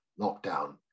lockdown